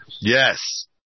Yes